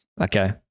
Okay